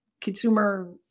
consumer